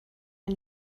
ein